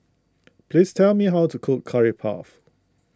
please tell me how to cook Curry Puff